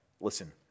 Listen